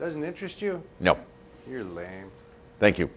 it doesn't interest you know your lame thank you